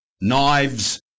knives